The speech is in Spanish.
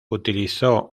utilizó